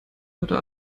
heute